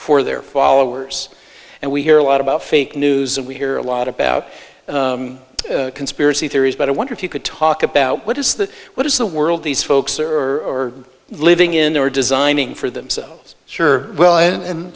for their followers and we hear a lot about fake news and we hear a lot about conspiracy theories but i wonder if you could talk about what is the what is the world these folks are are living in they're designing for themselves sure well and